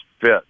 fit